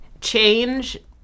change